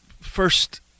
first